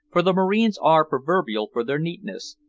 for the marines are proverbial for their neatness,